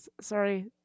sorry